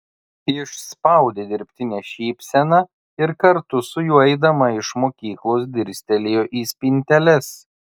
išspaudė dirbtinę šypseną ir kartu su juo eidama iš mokyklos dirstelėjo į spinteles